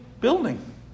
building